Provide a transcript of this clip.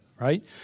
right